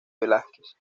velázquez